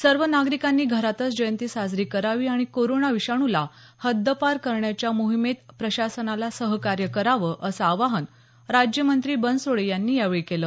सर्व नागरिकांनी घरातच जयंती साजरी करावी आणि कोरोना विषाणूला हद्दपार करण्याच्या मोहिमेत प्रशासनाला सहकार्य करावं असं आवाहन राज्यमंत्री बनसोडे यांनी यावेळी केलं